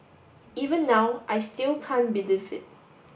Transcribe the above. even now I still can't believe it